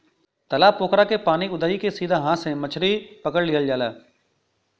तालाब पोखरा के पानी उदही के सीधा हाथ से मछरी पकड़ लिहल जाला